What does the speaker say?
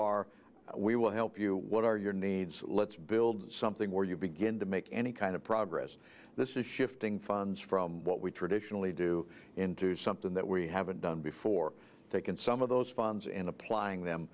are we will help you what are your needs let's build something where you begin to make any kind of progress this is shifting funds from what we traditionally do into something that we haven't done before taken some of those funds in applying them